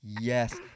Yes